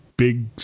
Big